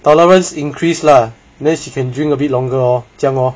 tolerance increase lah then she can drink a bit longer lor 这样 lor